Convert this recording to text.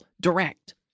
direct